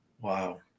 Wow